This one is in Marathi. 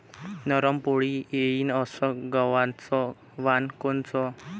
नरम पोळी येईन अस गवाचं वान कोनचं?